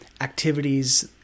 activities